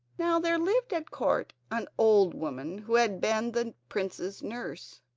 now there lived at court an old woman who had been the prince's nurse.